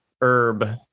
herb